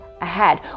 ahead